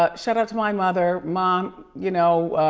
ah shout-out to my mother. mom, you know,